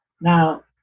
Now